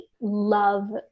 love